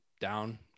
Down